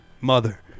mother